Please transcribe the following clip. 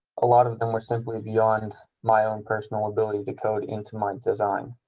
a lot of them were simply beyond my own personal ability to code into my design.